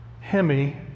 Hemi